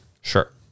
Sure